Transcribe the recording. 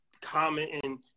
commenting